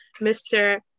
Mr